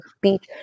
beach